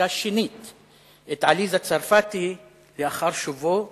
כשפגש שנית את עליזה צרפתי לאחר שובו ליוון,